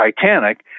Titanic